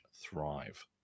thrive